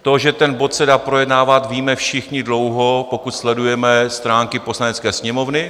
To, že ten bod se dá projednávat, víme všichni dlouho, pokud sledujeme stránky Poslanecké sněmovny.